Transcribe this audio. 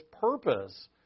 purpose